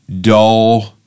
dull